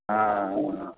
ஆ ஆ